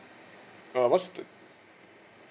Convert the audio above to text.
uh what's the